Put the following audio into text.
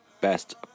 best